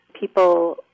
People